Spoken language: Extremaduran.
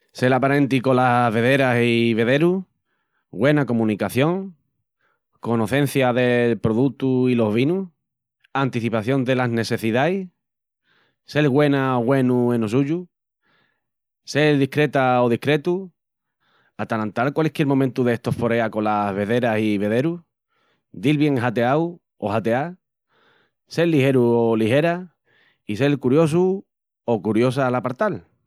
Sel aparenti colas vederas i vederus, güena comunicación, conocencia del produtu i los vinus, anticipación delas nessecidais, sel güena i güenu eno suyu, sel discreta o discretu, atalantal cualisquiel momentu d'estoforea colas vederas i vederus, dil bien jateau o jateá, sel ligeru o ligera i sel curiosu o curiosa al apartal.